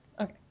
Okay